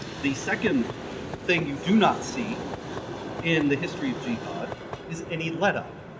the second thing you do not see in the history of jihad is any let-up,